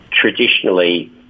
traditionally